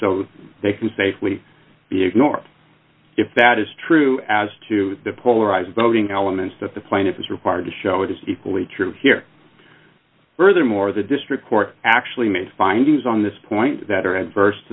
so they can safely be ignored if that is true as to depolarize voting elements that the plaintiff is required to show it is equally true here furthermore the district court actually made findings on this point that are